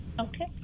Okay